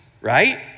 right